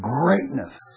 greatness